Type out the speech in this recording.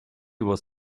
was